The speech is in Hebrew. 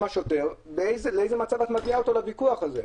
השוטר לאיזה מצב את מביאה אותו בוויכוח הזה?